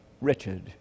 Richard